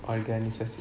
organisasi